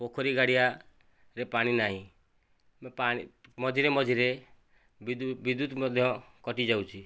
ପୋଖରୀ ଗାଡ଼ିଆରେ ପାଣି ନାହିଁ ମଝିରେ ମଝିରେ ବିଦ୍ୟୁତ ବିଦ୍ୟୁତ ମଧ୍ୟ କଟି ଯାଉଛି